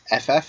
FF